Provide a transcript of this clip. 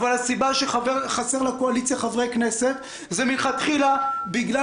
אבל הסיבה שחסרים לקואליציה חברי כנסת היא מלכתחילה בגלל